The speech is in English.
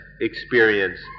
experience